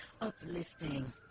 uplifting